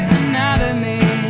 anatomy